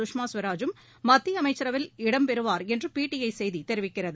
சுஷ்மா ஸ்வராஜும் மத்திய அமைச்சரவையில் இடம் பெறுவார் என்று பிடிஐ செய்தி தெரிவிக்கிறது